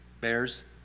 bears